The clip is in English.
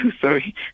sorry